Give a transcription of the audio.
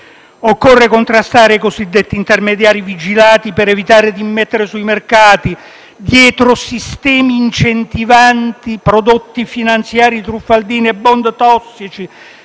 Occorre contrastare i cosiddetti intermediari vigilati per evitare di immettere sui mercati, dietro sistemi incentivanti, prodotti finanziari truffaldini e *bond* tossici